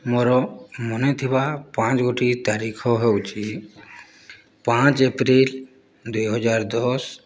ମୋର ମନେଥିବା ପାଞ୍ଚ ଗୋଟି ତାରିଖ ହେଉଛି ପାଞ୍ଚ ଏପ୍ରିଲ ଦୁଇ ହଜାର ଦଶ